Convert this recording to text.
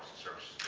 searched